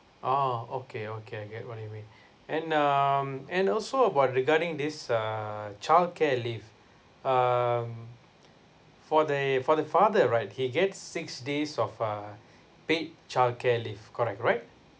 oh okay okay I get what you mean and um and also about regarding this uh childcare leave um for the for the father right he gets six days of uh paid childcare leave correct right